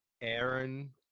Aaron